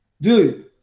dude